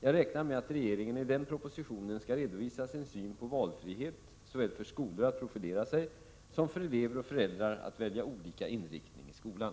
Jag räknar med att regeringen i den propositionen skall redovisa sin syn på valfrihet såväl för skolor att profilera sig som för elever och föräldrar att välja olika inriktning i skolan.